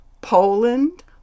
Poland